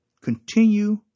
Continue